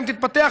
אם תתפתח,